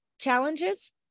challenges